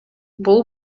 бул